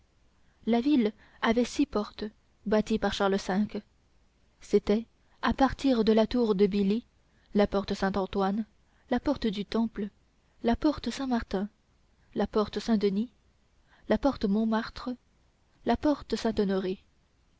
la ville avait six portes bâties par charles v c'étaient à partir de la tour de billy la porte saint-antoine la porte du temple la porte saint-martin la porte saint-denis la porte montmartre la porte saint-honoré